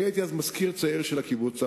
אני הייתי אז מזכיר צעיר של הקיבוץ הארצי,